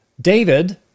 David